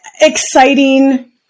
exciting